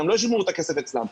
הם לא ישמרו את הכסף אצלם.